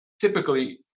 typically